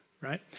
right